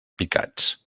picats